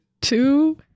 two